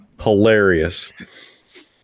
Hilarious